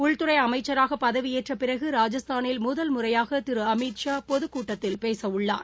உள்துறை அமைச்சராக பதவியேற்றப்பிறகு ராஜஸ்தானில் முதல் முறையாக திரு அமித் ஷா பொதுக் கூட்டத்தில் பேசவுள்ளார்